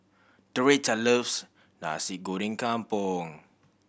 Doretta loves Nasi Goreng Kampung